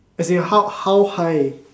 as in how how high